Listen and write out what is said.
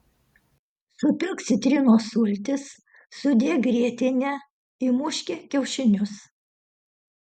supilk citrinos sultis sudėk grietinę įmuški kiaušinius